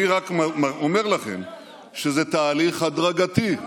אתה מכשיל, אני רק אומר לכם שזה תהליך הדרגתי.